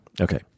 Okay